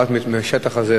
באת מהשטח הזה,